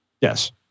Yes